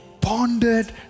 pondered